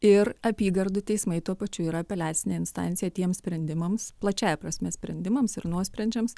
ir apygardų teismai tuo pačiu yra apeliacinė instancija tiems sprendimams plačiąja prasme sprendimams ir nuosprendžiams